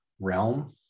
realm